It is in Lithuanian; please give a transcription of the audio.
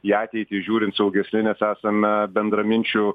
į ateitį žiūrint saugesni nes esame bendraminčių